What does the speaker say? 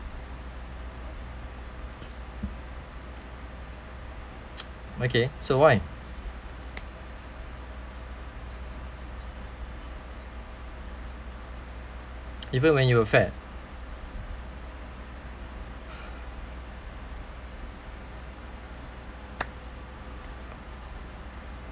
okay so why even when you were fat